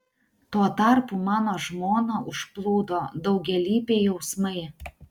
tuo tarpu mano žmoną užplūdo daugialypiai jausmai